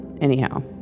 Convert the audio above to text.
anyhow